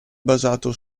basato